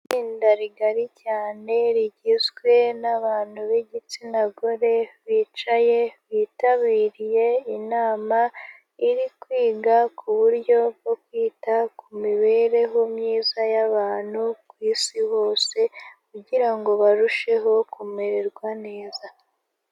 Itsinda rigari cyane rigizwe n'abantu b'igitsina gore bicaye bitabiriye inama iri kwiga ku buryo bwo kwita ku mibereho myiza y'abantu ku isi hose, kugira ngo barusheho kumererwa neza.